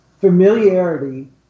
familiarity